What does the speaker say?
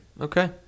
Okay